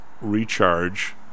recharge